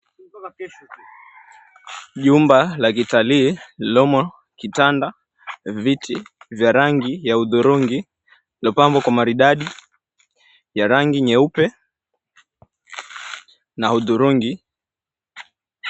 𝐽umba la kitalii lililomo kitanda, viti vya rangi ya hudhurungi iliyopambwa kwa maridadi ya rangi nyeupe na hudhurungi.